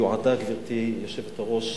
יועדה, גברתי היושבת-ראש,